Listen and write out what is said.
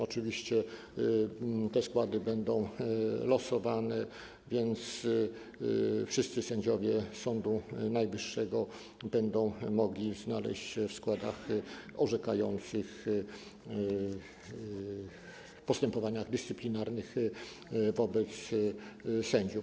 Oczywiście te składy będą losowane, więc wszyscy sędziowie Sądu Najwyższego będą mogli znaleźć się w składach orzekających w postępowaniach dyscyplinarnych wobec sędziów.